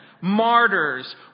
martyrs